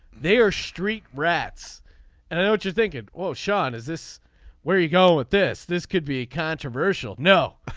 they are street rats and i know what you're thinking. well sean is this where you go with this. this could be controversial. no.